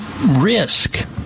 risk